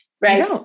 right